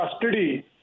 custody